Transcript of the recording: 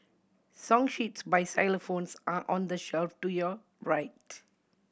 song sheets by xylophones are on the shelf to your right